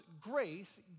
grace